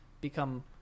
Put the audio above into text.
become